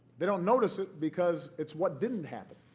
they don't notice it because it's what didn't happen.